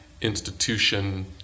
institution